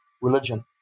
religion